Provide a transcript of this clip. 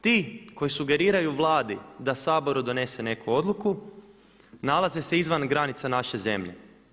Ti koji sugeriraju Vladi da Saboru donose neku odluku nalaze se izvan granica naše zemlje.